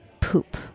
poop